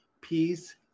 peace